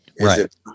Right